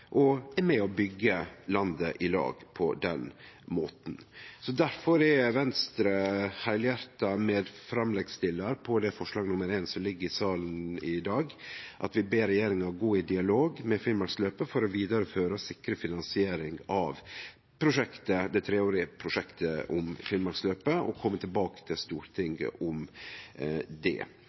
og er med på å byggje landet i lag på den måten. Derfor er Venstre heilhjarta medframleggstillar på forslag nr. 1 som ligg i salen i dag, der vi ber regjeringa gå i dialog med Finnmarksløpet for å vidareføre og sikre finansiering av det treårige prosjektet om Finnmarksløpet og kome tilbake til Stortinget om det.